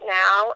now